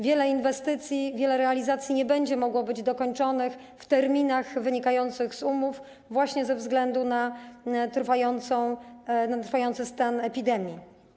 Wiele inwestycji, realizacji nie będzie mogło być dokończonych w terminach wynikających z umów właśnie ze względu na trwający stan epidemii.